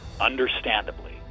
understandably